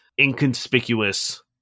inconspicuous